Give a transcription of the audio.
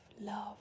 love